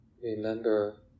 Remember